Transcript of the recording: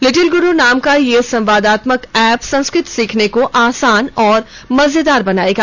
little Guru नाम का यह संवाददात्मंक ऐप संस्कृत सीखने को आसान और मजेदार बनाएगा